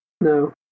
No